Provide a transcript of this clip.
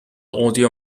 audio